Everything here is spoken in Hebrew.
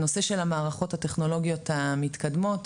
הנושא של המערכות הטכנולוגיות המתקדמות.